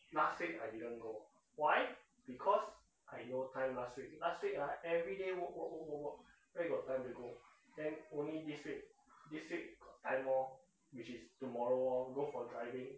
last week I didn't go why because I no time last week last week ah everyday work work work work work where got time to go then only this week got time lor which is tomorrow go for driving